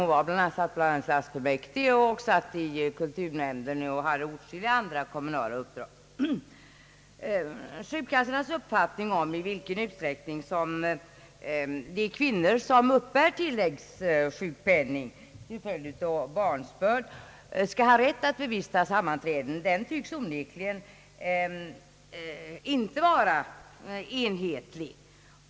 Hon satt i stadsfullmäktige och i kulturnämnden och hade åtskilliga andra kommunala uppdrag. Försäkringskassornas uppfattning om i vilken utsträckning kvinnor som uppbär tillläggssjukpenning till följd av barnsbörd skall ha rätt att bevista sammanträden tycks verkligen inte vara enhetlig.